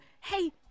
hey